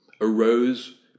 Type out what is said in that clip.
arose